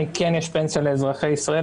כן יש פנסיה לאזרחי ישראל,